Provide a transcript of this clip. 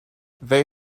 they